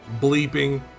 Bleeping